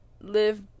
live